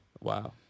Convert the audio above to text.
wow